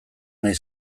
nahi